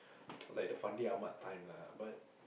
like the Fandi-Ahmad time lah but